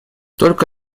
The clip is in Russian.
только